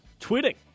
tweeting